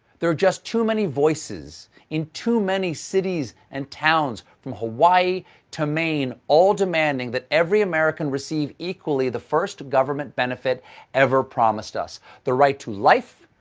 there are just too many voices in too many cities and towns from hawaii to maine, all demanding that every american receive equally the first government benefit ever promised us the right to life,